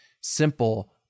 simple